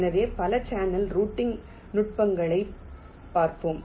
எனவே பல channel routing நுட்பங்களைப் பார்ப்போம்